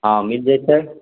हँ मिल जैते